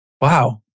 Wow